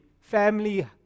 family